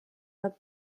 bat